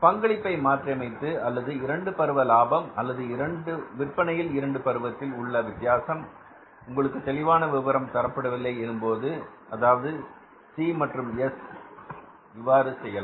பங்களிப்பை மாற்றியமைத்து அல்லது இரண்டு பருவ லாபம் அல்லது விற்பனையில் 2 பருவத்தில் உள்ள வித்தியாசம் உங்களுக்கு தெளிவான விவரம் தரப்படவில்லை எனும்போது அதாவது சி மற்றும் எஸ் இவ்வாறு செய்யலாம்